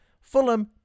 Fulham